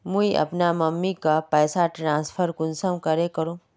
मुई अपना मम्मीक पैसा ट्रांसफर कुंसम करे करूम?